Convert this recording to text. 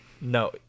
No